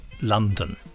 London